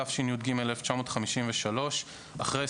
התשי"ג 1953 (להלן,